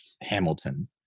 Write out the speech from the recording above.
Hamilton